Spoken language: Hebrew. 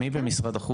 מי שם?